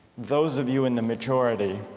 those of you in the majority